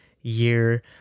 year